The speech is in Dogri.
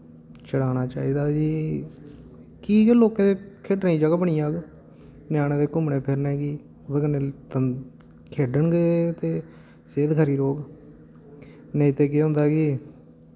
छड़ाना चाहिदा जी कि केह् लोकें दे खेडने दी जगह बनी जाह्ग ञयानें दे घूमने फिरने गी ओह्दे कन्नै तन खेडन गे ते सेह्त खरी रोह्ग नेईं ते केह् होंदा कि